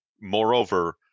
Moreover